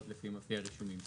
זאת לפחות לפי הרישומים שלי.